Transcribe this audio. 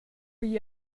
igl